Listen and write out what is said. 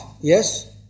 yes